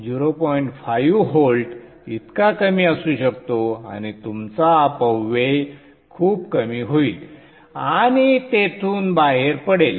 5 volt इतका कमी असू शकतो आणि तुमचा अपव्यय खूप कमी होईल आणि तेथून बाहेर पडेल